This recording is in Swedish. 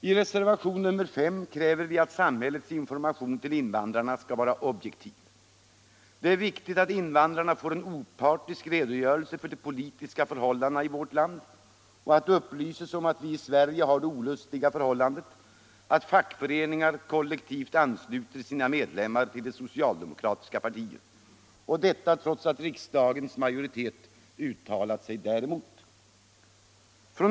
I reservationen 5 kräver vi att samhällets information till invandrarna skall vara objektiv. Det är viktigt att invandrarna får en opartisk redogörelse för de politiska förhållandena i vårt land och att de upplyses om att vi i Sverige har det olustiga förhållandet att fackföreningar kollektivt ansluter sina medlemmar till det socialdemokratiska partiet — detta trots att riksdagens majoritet uttalat sig däremot.